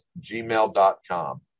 gmail.com